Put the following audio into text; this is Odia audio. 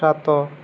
ସାତ